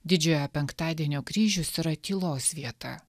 didžiojo penktadienio kryžius yra tylos vieta